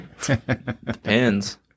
Depends